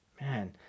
man